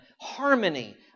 harmony